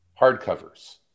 hardcovers